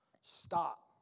stop